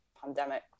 pandemic